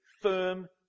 firm